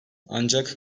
ancak